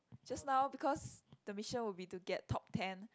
just now because the mission would be to get top ten